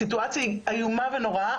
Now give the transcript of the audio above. הסיטואציה היא איומה ונוראה,